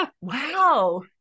wow